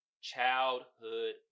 childhood